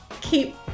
keep